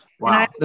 Wow